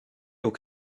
aux